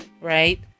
right